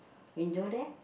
window there